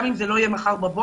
גם אם זה לא יהיה מחר בבוקר.